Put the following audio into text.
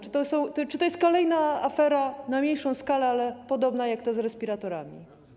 Czy to jest kolejna afera - na mniejszą skalę, ale podobna - jak ta z respiratorami?